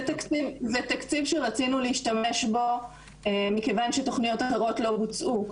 זה תקציב שרצינו להשתמש בו מכיוון שתוכניות אחרות לא בוצעו.